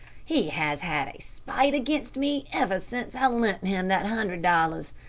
he has had a spite against me ever since i lent him that hundred dollars.